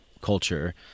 culture